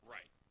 Right